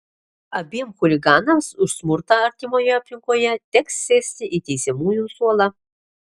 abiem chuliganams už smurtą artimoje aplinkoje teks sėsti į teisiamųjų suolą